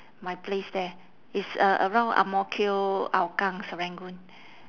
my place there is uh around ang mo kio hougang serangoon